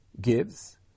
gives